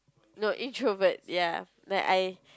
no introvert ya like I